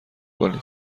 کنی